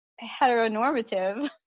heteronormative